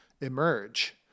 emerge